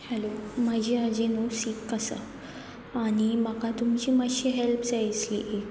hello म्हाजी आजी न्हू सीक आसा आनी म्हाका तुमची मातशी हेल्प जाय आसली एक